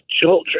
children